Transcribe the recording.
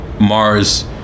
Mars